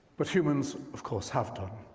but humans, of course, have done.